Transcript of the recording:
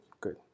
good